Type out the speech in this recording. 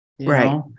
right